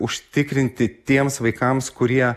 užtikrinti tiems vaikams kurie